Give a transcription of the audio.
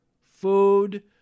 food